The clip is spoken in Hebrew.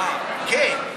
אה, כן.